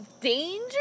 Danger